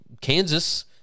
Kansas